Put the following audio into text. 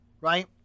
right